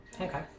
Okay